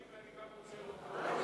אני גם מסכים וגם רוצה להודות לשר.